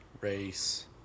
Race